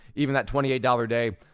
even that twenty eight dollars day,